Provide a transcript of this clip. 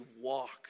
walk